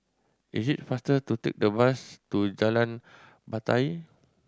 it is faster to take the bus to Jalan Batai